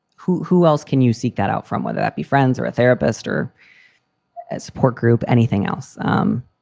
who who else can you seek that out from, whether that be friends or a therapist or a support group? anything else? um